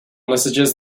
messages